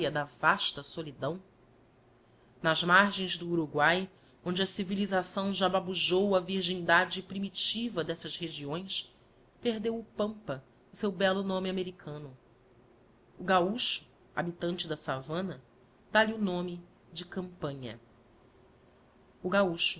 da vasta solidão nas margens do uruguay onde a civilisação ja babujou a virgindade primitiva dessas regiões perdea o pampa o seu bello nome americano o gaúcho habitante da savana dá lheo nome de campanha o oaúcho